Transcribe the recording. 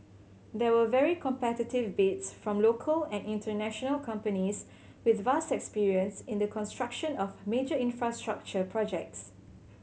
there were very competitive bids from local and international companies with vast experience in the construction of major infrastructure projects